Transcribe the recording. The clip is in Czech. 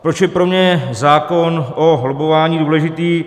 Proč je pro mě zákon o lobbování důležitý.